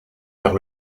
vers